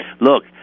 Look